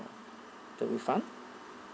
the refund